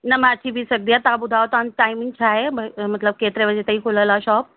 न मां अची बि सघंदी आहियां तव्हां ॿुधायो तव्हांजी टाइमिंग छा आहे म मतिलब केतिरे बजे ताईं खुलियल आहे शॉप